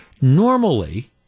Normally